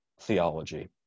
theology